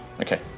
Okay